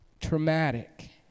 traumatic